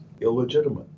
illegitimate